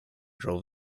drove